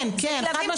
כן, כן, חד משמעית כן.